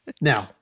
Now